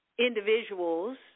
individuals